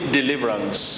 deliverance